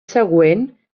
següent